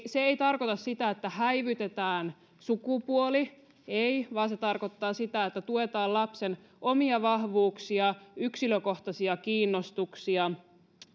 se ei tarkoita sitä että häivytetään sukupuoli ei vaan se tarkoittaa sitä että tuetaan lapsen omia vahvuuksia yksilökohtaisia kiinnostuksia